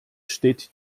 steht